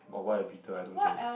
but why a beetle I don't get it